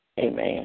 Amen